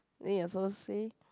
then you also say